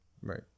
Right